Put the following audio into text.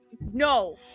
No